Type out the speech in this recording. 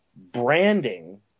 branding